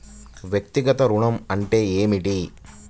వ్యక్తిగత ఋణం అంటే ఏమిటి?